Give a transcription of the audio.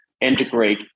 integrate